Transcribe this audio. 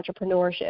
entrepreneurship